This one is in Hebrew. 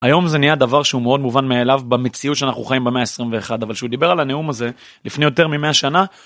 היום זה נהיה דבר שהוא מאוד מובן מאליו במציאות שאנחנו חיים, במאה ה-21, אבל כשהוא דיבר על הנאום הזה לפני יותר ממאה שנה...